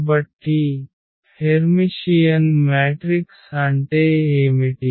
కాబట్టి hermitian matrix అంటే ఏమిటి